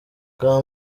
bwa